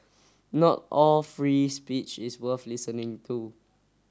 not all free speech is worth listening to